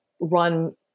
run